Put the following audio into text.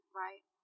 right